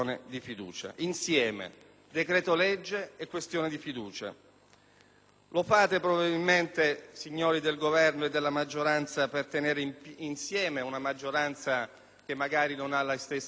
decreto‑legge e questione di fiducia. Probabilmente lo fate, signori del Governo e della maggioranza, per tenere insieme una coalizione che magari non ha le stesse idee su tante questioni.